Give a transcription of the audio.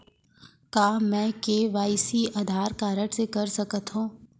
का मैं KYC Aadhaar card से कर सकत हो?